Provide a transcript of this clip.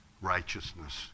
righteousness